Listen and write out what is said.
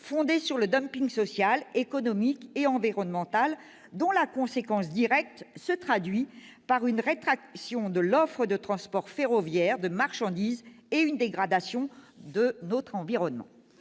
fondée sur le social, économique et environnemental, ce qui a entraîné une rétraction de l'offre de transport ferroviaire de marchandises et une dégradation de notre environnement.